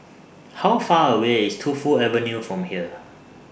How Far away IS Tu Fu Avenue from here